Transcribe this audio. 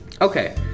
Okay